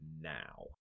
now